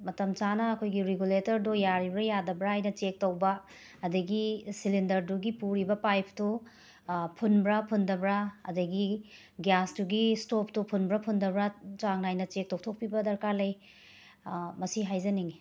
ꯃꯇꯝ ꯆꯥꯅ ꯑꯩꯈꯣꯏꯒꯤ ꯔꯤꯒꯨꯂꯦꯇꯔꯗꯣ ꯌꯥꯔꯤꯕ꯭ꯔꯥ ꯌꯥꯗꯕ꯭ꯔꯥ ꯍꯥꯏꯅ ꯆꯦꯛ ꯇꯧꯕ ꯑꯗꯒꯤ ꯁꯤꯂꯤꯟꯗꯔꯗꯨꯒꯤ ꯄꯨꯔꯤꯕ ꯄꯥꯏꯐꯇꯨ ꯐꯨꯟꯕ꯭ꯔꯥ ꯐꯨꯟꯗꯕ꯭ꯔꯥ ꯑꯗꯒꯤ ꯒ꯭ꯌꯥꯁꯇꯨꯒꯤ ꯁ꯭ꯇꯣꯞꯇꯨ ꯐꯨꯟꯕ꯭ꯔꯥ ꯐꯨꯟꯗꯕ꯭ꯔꯥ ꯆꯥꯡ ꯅꯥꯏꯅ ꯆꯦꯛ ꯇꯧꯊꯣꯛꯄꯤꯕ ꯗꯔꯀꯥꯔ ꯂꯩ ꯃꯁꯤ ꯍꯥꯏꯖꯅꯤꯡꯏ